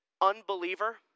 unbeliever